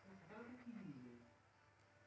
বিশ্বব্যাপী মার্কেট পুঁজি বেপারে লেনদেন করতিছে